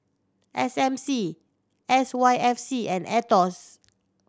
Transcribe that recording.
S M C S Y F C and Aetos